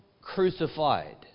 crucified